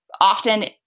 Often